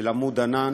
"עמוד ענן"